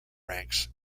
ranks